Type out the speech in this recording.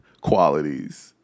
qualities